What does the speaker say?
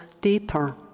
deeper